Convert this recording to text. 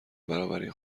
برابری